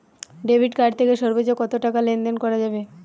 Debit card থেকে সর্বোচ্চ কত টাকা লেনদেন করা যাবে?